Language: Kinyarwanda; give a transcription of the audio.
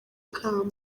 ikamba